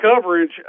coverage